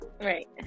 right